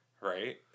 Right